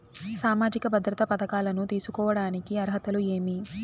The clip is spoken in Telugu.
సామాజిక భద్రత పథకాలను తీసుకోడానికి అర్హతలు ఏమి?